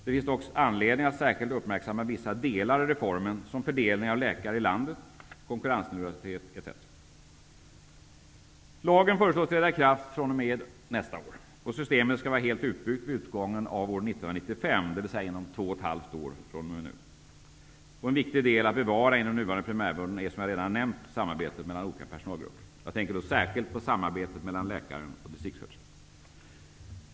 Det finns dock anledning att särskilt uppmärksamma vissa delar av husläkarreformen, som fördelningen av läkare i landet, konkurrensneutralitet m.m. Lagen föreslås träda i kraft fr.o.m. år 1994, och systemet skall vara helt utbyggt vid utgången av år 1995 dvs. inom två och ett halvt år från nu. En viktig del att bevara inom den nuvarande primärvården är, som jag nämnt, samarbetet mellan olika personalgrupper. Jag tänker särskilt på samarbetet mellan läkaren och distriktssköterskan.